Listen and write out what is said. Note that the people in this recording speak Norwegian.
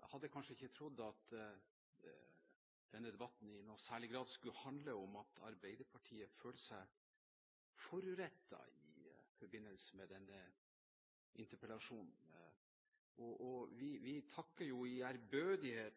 Jeg hadde kanskje ikke trodd at denne debatten i noen særlig grad skulle handle om at Arbeiderpartiet føler seg forurettet i forbindelse med denne interpellasjonen. Vi takker i ærbødighet for representanten Svein Roald Hansens kompliment til oss om at det er bra at opposisjonen nå melder seg på i